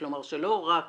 כלומר שלא רק